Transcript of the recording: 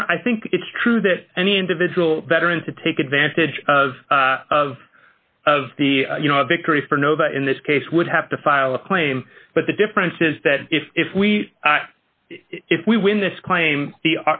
honor i think it's true that any individual veterans to take advantage of of of the you know a victory for nobody in this case would have to file a claim but the difference is that if if we if we win this claim the